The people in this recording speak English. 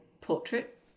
portrait